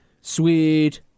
Sweet